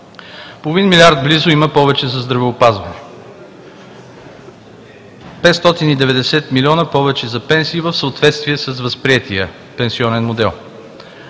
Половин милиард близо има повече за здравеопазване; 590 млн. лв. повече за пенсии в съответствие с възприетия пенсионен модел;